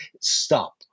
stop